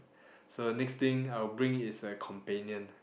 so next thing I will bring is a companion